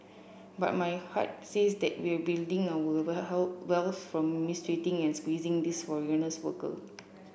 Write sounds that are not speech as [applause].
but my heart says that we're building our [unintelligible] wealth from mistreating and squeezing these foreigners worker